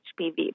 HPV